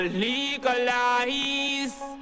legalize